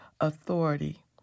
authority